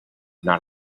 not